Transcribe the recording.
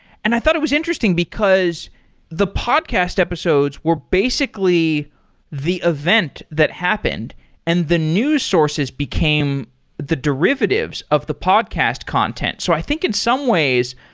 and i thought it was interesting, because the podcast episodes were basically the event that happened and the news sources became the derivatives of the podcast content. so, i think in some ways,